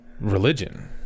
religion